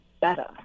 better